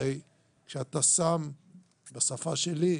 בשפה שלי,